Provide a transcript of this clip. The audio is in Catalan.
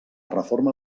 reforma